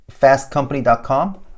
fastcompany.com